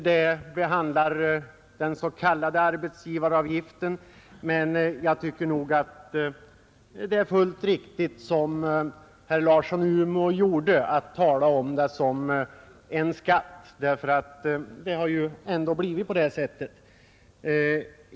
Det behandlar den s.k. arbetsgivaravgiften, men jag tycker nog att det är fullt riktigt som herr Larsson i Umeå gjorde, att tala om avgiften som en skatt, därför att den har ju ändå blivit detta.